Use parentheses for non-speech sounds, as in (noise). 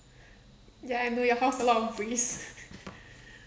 ya I know your house a lot of breeze (laughs)